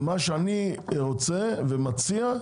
זה מה שאני רוצה ומציע,